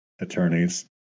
attorneys